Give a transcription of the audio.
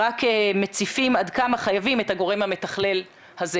שרק מציפים עד כמה חייבים את הגורם המתכלל הזה,